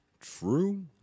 True